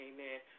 Amen